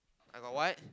I got what